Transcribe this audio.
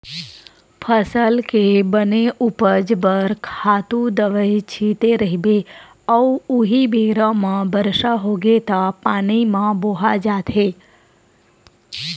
फसल के बने उपज बर खातू दवई छिते रहिबे अउ उहीं बेरा म बरसा होगे त पानी म बोहा जाथे